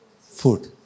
food